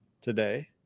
today